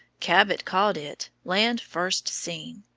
cabot called it land first seen.